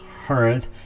heard